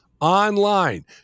online